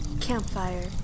Campfire